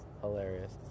Hilarious